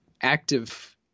active